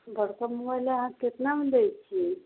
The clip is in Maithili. बड़का मोबाइल अहाँ कितनामे दैत छियै